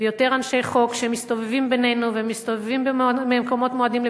יותר אנשי חוק שמסתובבים בינינו ומסתובבים במקומות מועדים לפורענות.